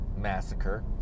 Massacre